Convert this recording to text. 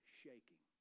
shaking